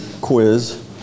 quiz